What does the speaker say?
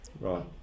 Right